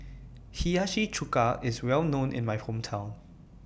Hiyashi Chuka IS Well known in My Hometown